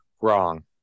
wrong